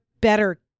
better